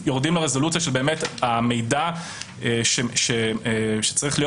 עכשיו לרזולוציה של מהו המידע שצריך להיות